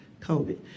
COVID